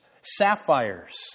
sapphires